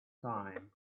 time